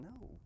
No